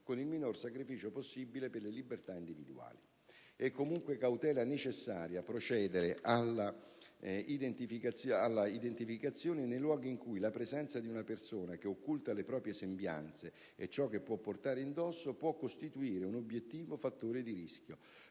con il minor sacrificio possibile per le libertà individuali. È, comunque, cautela necessaria procedere all'identificazione nei luoghi in cui la presenza di una persona che occulta le proprie sembianze - e ciò che può portare indosso - può costituire un obiettivo fattore di rischio,